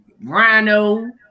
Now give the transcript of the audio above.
Rhino